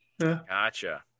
Gotcha